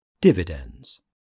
Dividends